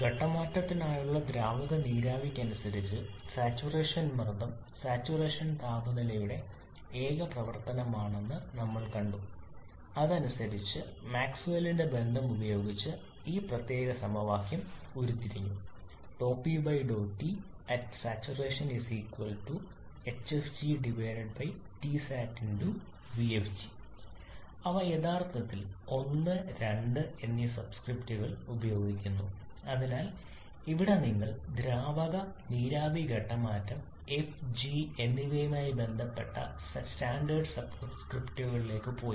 ഘട്ടം മാറ്റത്തിനായുള്ള ദ്രാവക നീരാവിക്ക് അനുസരിച്ച് സാച്ചുറേഷൻ മർദ്ദം സാച്ചുറേഷൻ താപനിലയുടെ ഏക പ്രവർത്തനമാണെന്ന് നമ്മൾ കണ്ടു അതനുസരിച്ച് മാക്സ്വെല്ലിന്റെ ബന്ധം ഉപയോഗിച്ച് ഈ പ്രത്യേക സമവാക്യം ഉരുത്തിരിഞ്ഞു അവർ യഥാർത്ഥത്തിൽ 1 2 എന്നീ സബ്സ്ക്രിപ്റ്റുകൾ ഉപയോഗിക്കുന്നു അതിനാൽ ഇവിടെ നിങ്ങൾ ദ്രാവക നീരാവി ഘട്ടം മാറ്റം f g എന്നിവയുമായി ബന്ധപ്പെട്ട സ്റ്റാൻഡേർഡ് സബ്സ്ക്രിപ്റ്റുകളിലേക്ക് പോയി